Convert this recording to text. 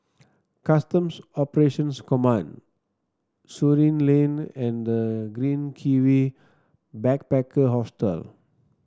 Customs Operations Command Surin Lane and The Green Kiwi Backpacker Hostel